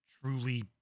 truly